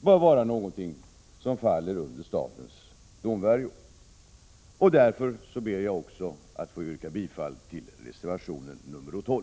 bör falla under statens domvärjo. Jag ber därför att även få yrka bifall till reservation nr 12.